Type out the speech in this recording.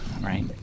Right